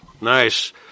nice